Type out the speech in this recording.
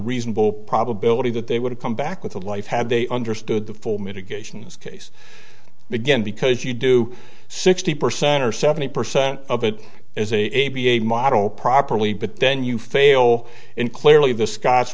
reasonable probability that they would come back with a life had they understood the full mitigations case begin because you do sixty percent or seventy percent of it is a a b a model properly but then you fail in clearly the scots